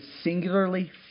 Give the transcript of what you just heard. singularly